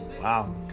wow